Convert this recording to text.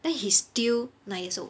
then he still nine years old